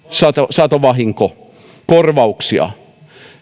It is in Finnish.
satovahinkokorvauksia